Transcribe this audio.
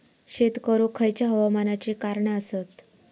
शेत करुक खयच्या हवामानाची कारणा आसत?